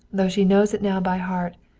though she knows it now by heart,